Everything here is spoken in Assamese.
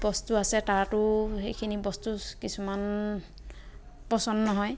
বস্তু আছে তাতো সেইখিনি বস্তু কিছুমান পচন্দ নহয়